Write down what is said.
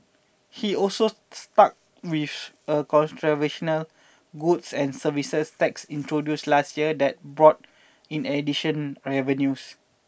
he also stuck with a controversial no goods and services tax introduced last year that's brought in addition and revenues